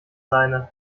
seine